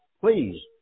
please